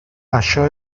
això